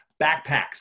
backpacks